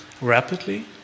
rapidly